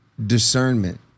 Discernment